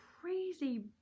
crazy